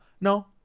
No